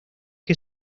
que